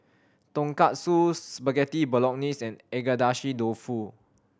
Tonkatsu Spaghetti Bolognese and Agedashi Dofu